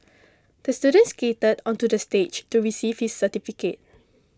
the student skated onto the stage to receive his certificate